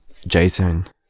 Jason